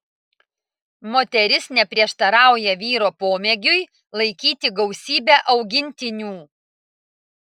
moteris neprieštarauja vyro pomėgiui laikyti gausybę augintinių